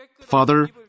Father